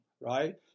right